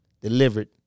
delivered